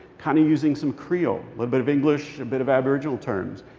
kind of using some creole. little bit of english. a bit of aboriginal terms.